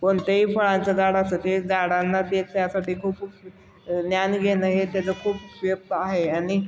कोणत्याही फळांचं झाडाचं ते झाडांना ते येण्यासाठी खूप ज्ञान घेणं हे त्याचं खूप उपयुक्त आहे आणि